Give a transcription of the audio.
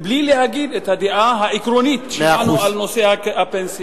ובלי להגיד את הדעה העקרונית שלנו על נושא הפנסיה.